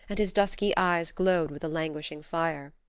and his dusky eyes glowed with a languishing fire.